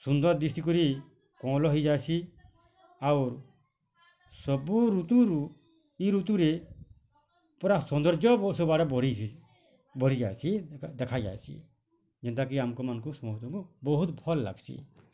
ସୁନ୍ଦର୍ ଦିଶି କରି କଅଁଲ ହେଇଯାସି ଆଉ ସବୁ ଋତୁରୁ ଇ ଋତୁରେ ପୁରା ସୌନ୍ଦ୍ୟର୍ଯ୍ୟ ସବୁଆଡ଼େ ବଢ଼ିଛି ବଢ଼ିଯାଛି ଦେଖାଯାଚି ଯେନ୍ତା କି ଆମକୁ ମାାନକୁ ସମସ୍ତଙ୍କୁ ବହୁତ୍ ଭଲ୍ ଲାଗ୍ସି